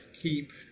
keep